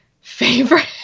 favorite